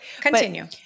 Continue